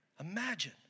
Imagine